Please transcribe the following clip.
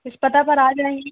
اس پتہ پر آ جائیں گے